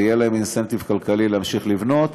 ויהיה להם אינסנטיב כלכלי להמשיך לבנות,